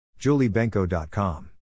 juliebenko.com